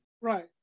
Right